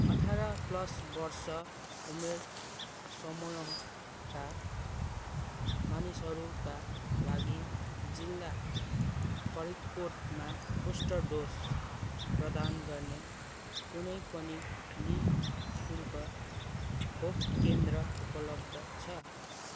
अठार प्लस वर्ष उमेर समूहका मानिसहरूका लागि जिल्ला फरीदकोटमा बुस्टर डोज प्रदान गर्ने कुनै पनि नि शुल्क खोप केन्द्र उपलब्ध छ